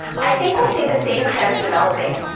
i think we'll see the same trends developing,